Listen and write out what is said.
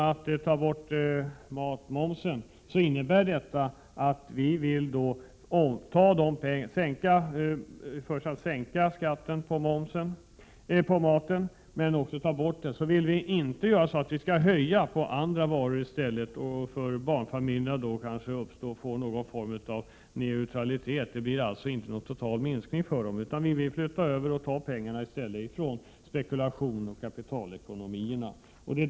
Vi vill i första hand sänka skatten på maten — helst vill vi ta bort den helt — utan att höja momsen på andra varor, eftersom det skulle kunna innebära att det inte blir någon total minskning för barnfamiljerna. Vi vill i stället ta pengar från spekulationsoch kapitalekonomierna.